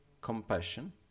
compassion